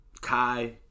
Kai